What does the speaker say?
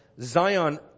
Zion